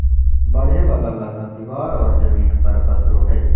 बढ़े वाला लता दीवार और जमीन पर पसरो हइ